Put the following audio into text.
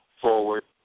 forward